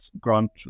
Grant